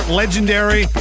legendary